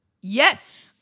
Yes